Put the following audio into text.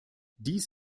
dies